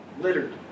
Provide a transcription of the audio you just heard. littered